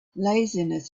laziness